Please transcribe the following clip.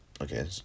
Okay